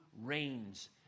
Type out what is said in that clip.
reigns